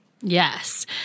Yes